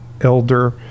elder